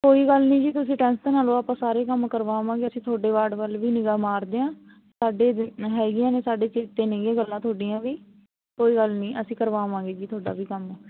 ਕੋਈ ਗੱਲ ਨਹੀਂ ਜੀ ਤੁਸੀਂ ਟੈਂਸ਼ਨ ਨਾ ਲਓ ਆਪਾਂ ਸਾਰੇ ਕੰਮ ਕਰਵਾਵਾਂਗੇ ਅਸੀਂ ਤੁਹਾਡੇ ਵਾਰਡ ਵੱਲ ਵੀ ਨਿਗ੍ਹਾ ਮਾਰਦੇ ਹਾਂ ਸਾਡੇ ਹੈਗੀਆਂ ਨੇ ਸਾਡੇ ਸਿਰ 'ਤੇ ਨੇਗੀਆਂ ਗੱਲਾਂ ਤੁਹਾਡੀਆਂ ਵੀ ਕੋਈ ਗੱਲ ਨਹੀਂ ਅਸੀਂ ਕਰਵਾਵਾਂਗੇ ਜੀ ਤੁਹਾਡਾ ਵੀ ਕੰਮ